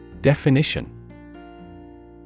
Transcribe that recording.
Definition